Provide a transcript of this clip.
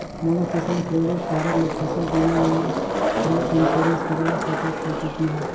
मोला किसान credit card ले फसल बीमा या क्रॉप इंश्योरेंस करवा सकथ हे कतना?